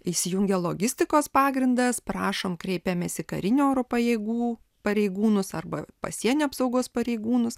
įsijungia logistikos pagrindas prašom kreipėmės į karinio oro pajėgų pareigūnus arba pasienio apsaugos pareigūnus